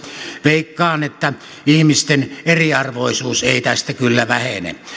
veikkaan että ihmisten eriarvoisuus ei tästä kyllä vähene